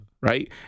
Right